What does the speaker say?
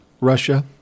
Russia